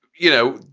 you know,